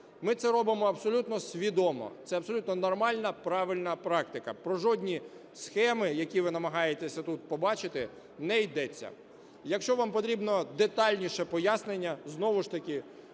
Ми це робимо абсолютно свідомо, це абсолютно нормальна, правильна практика, про жодні схеми, які ви намагаєтесь тут побачити, не йдеться. Якщо вам потрібне детальніше пояснення, знову ж таки